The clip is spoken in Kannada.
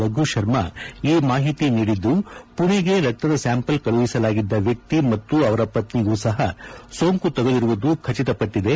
ರಘುಶರ್ಮ ಈ ಮಾಹಿತಿ ನೀಡಿದ್ದು ಪುಣೆಗೆ ರಕ್ತದ ಸ್ಯಾಂಪಲ್ ಕಳುಹಿಸಲಾಗಿದ್ದ ವ್ಯಕ್ತಿ ಮತ್ತು ಅವರ ಪತ್ತಿಗೂ ಸಹ ಸೋಂಕು ತಗುಲಿರುವುದು ಖಚಿತಪಟ್ಟಿದೆ